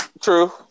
true